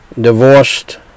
divorced